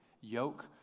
Yoke